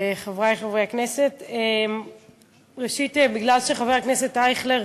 חברי חברי הכנסת, ראשית, בגלל שחבר הכנסת אייכלר,